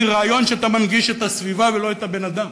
היא רעיון שאתה מנגיש את הסביבה ולא את הבן-אדם.